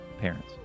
parents